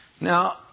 Now